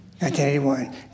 1981